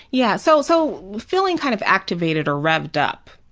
yeah, so so feeling kind of activated or revved up.